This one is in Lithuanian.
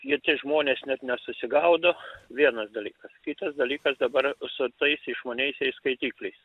ir tie žmonės net nesusigaudo vienas dalykas kitas dalykas dabar su tais išmaniaisiais skaitikliais